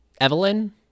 Evelyn